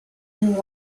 and